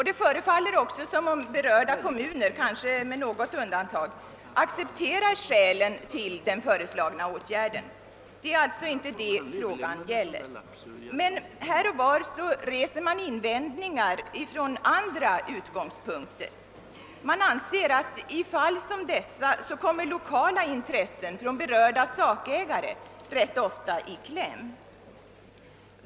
Det förefaller också som om berörda kommuner — kanske med något undantag — accepterar skälen till den föreslagna åtgärden. Det är alltså inte det frågan gäller. Men här och var reses invändningar från andra utgångspunkter. Man anser att berörda sakägares lokala intressen i fall som dessa ganska ofta kommer i kläm.